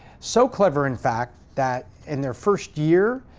so clever, in fact, that in their first year,